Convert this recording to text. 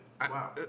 Wow